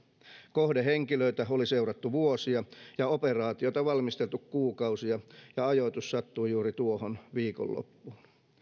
kohdehenkilöitä oli seurattu vuosia ja operaatiota valmisteltu kuukausia ja ajoitus sattui juuri tuohon viikonloppuun